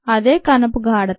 అదే కణపు గాఢత